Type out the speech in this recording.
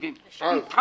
התקציבים --- אז.